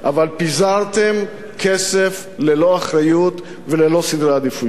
אבל פיזרתם כסף ללא אחריות וללא סדרי עדיפויות.